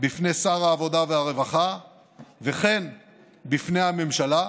בפני שר העבודה והרווחה וגם בפני הממשלה,